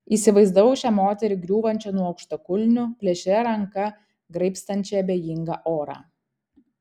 įsivaizdavau šią moterį griūvančią nuo aukštakulnių plėšria ranka graibstančią abejingą orą